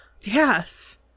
Yes